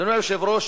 אדוני היושב-ראש,